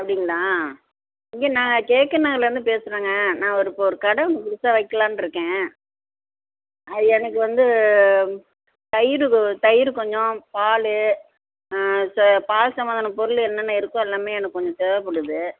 அப்படிங்களா இங்கே நான் கே கே நகர்லேர்ந்து பேசுகிறேங்க நான் ஒரு இப்போ ஒரு கடை ஒன்று புதுசாக வைக்கலாண்டு இருக்கேன் அது எனக்கு வந்து தயிர் கோ தயிர் கொஞ்சம் பால் சே பால் சம்மந்தமான பொருள் என்னென்ன இருக்கோ அதெல்லாமே எனக்குக் கொஞ்சம் தேவைப்படுது